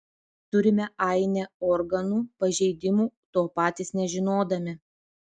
turime ainę organų pažeidimų to patys nežinodami